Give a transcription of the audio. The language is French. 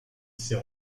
sert